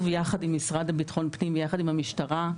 יחד עם המשרד לביטחון פנים ויחד עם המשטרה,